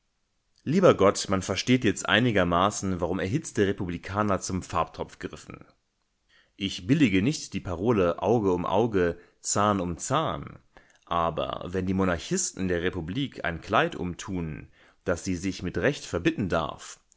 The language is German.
lieber gott man versteht jetzt einigermaßen warum erhitzte republikaner zum farbtopf griffen ich billige nicht die parole auge um auge zahn um zahn aber wenn die monarchisten der republik ein kleid umtun das sie sich mit recht verbitten darf